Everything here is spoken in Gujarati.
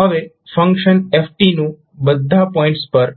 હવે ફંક્શન f નું બધા પોઇન્ટ્સ પર